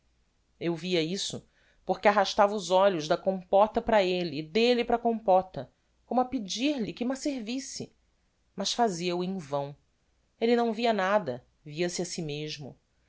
eu via isso porque arrastava os olhos da compota para elle e delle para a compota como a pedir-lhe que m'a servisse mas fazia-o em vão elle não via nada via-se a si mesmo